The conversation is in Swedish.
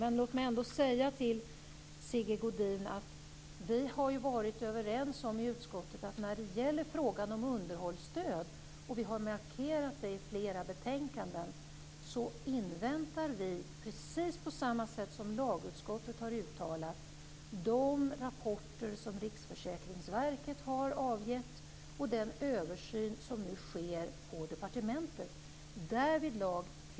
Jag vill ändå säga till Sigge Godin att vi i utskottet har varit överens om - och också markerat det i flera betänkanden - att i frågan om underhållsstöd invänta de rapporter som Riksförsäkringsverket har avgett och den översyn som nu sker på departementet. Detta är också precis vad lagutskottet har uttalat.